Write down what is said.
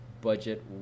budget